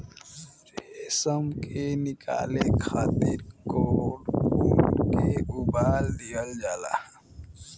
रेशम के निकाले खातिर कोकून के उबाल दिहल जाला